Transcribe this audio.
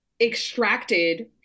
extracted